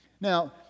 Now